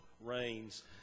rains